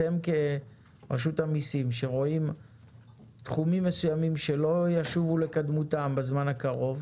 אתם כרשות המיסים שרואים תחומים מסוימים שלא ישובו לקדמותם בזמן הקרוב,